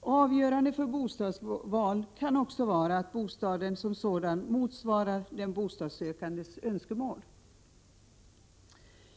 Avgörande för bostadsvalet kan också vara att bostaden som sådan motsvarar den bostadssökandes önskemål.